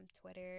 Twitter